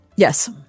Yes